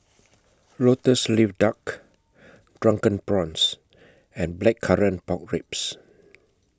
Lotus Leaf Duck Drunken Prawns and Blackcurrant Pork Ribs